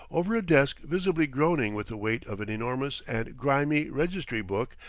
over a desk visibly groaning with the weight of an enormous and grimy registry book,